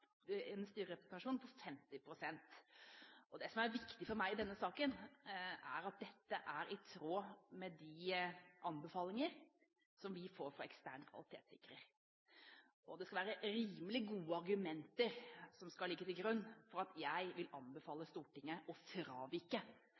styrerepresentasjon på 50 pst. Det som er viktig for meg i denne saken, er at dette er i tråd med de anbefalinger som vi får fra ekstern kvalitetssikrer. Det skal være rimelig gode argumenter som skal ligge til grunn for at jeg vil anbefale